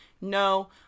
no